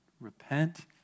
repent